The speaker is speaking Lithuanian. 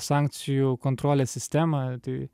sankcijų kontrolės sistemą tai